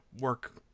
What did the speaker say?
work